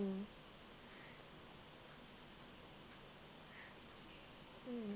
mm mm